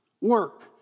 Work